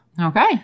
Okay